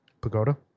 Pagoda